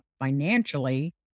financially